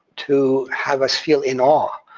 to have us feel in awe,